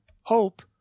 hope